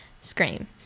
scream